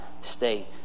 state